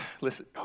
listen